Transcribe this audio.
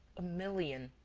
a million!